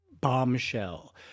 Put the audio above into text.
bombshell